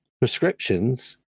prescriptions